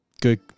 good